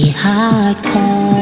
hardcore